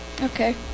Okay